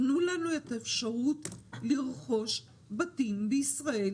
תנו לנו את האפשרות לרכוש בתים בישראל